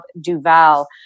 Duval